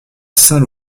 saint